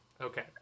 Okay